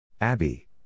Abby